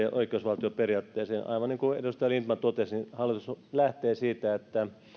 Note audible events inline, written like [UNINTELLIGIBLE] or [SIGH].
[UNINTELLIGIBLE] ja oikeusvaltioperiaatteeseen aivan niin kuin edustaja lindtman totesi hallitus lähtee siitä että